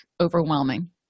overwhelming